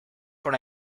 con